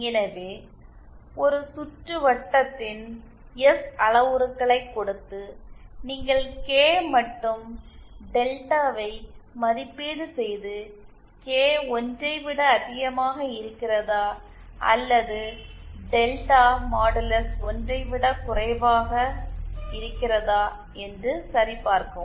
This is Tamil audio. எனவே 3218 ஒரு சுற்றுவட்டத்தின் எஸ் அளவுருக்களைக் கொடுத்து நீங்கள் கே மற்றும் டெல்டாவை மதிப்பீடு செய்து கே 1 ஐ விட அதிகமாக இருக்கிறதா அல்லது டெல்டா மாடுலஸ் 1 ஐ விடக் குறைவாக இருக்கிறதா என்று சரிபார்க்கவும்